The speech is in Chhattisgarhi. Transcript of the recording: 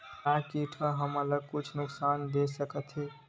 का कीट ह हमन ला कुछु नुकसान दे सकत हे?